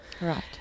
right